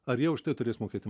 ar jie už tai turės mokėti